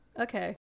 okay